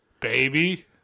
baby